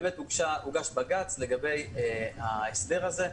באמת הוגשה עתירה לבג"ץ לגבי ההסדר הזה.